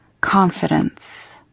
Confidence